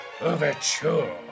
overture